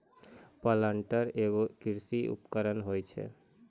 planter एगो कृषि उपकरण होय छै